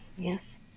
Yes